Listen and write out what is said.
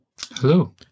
Hello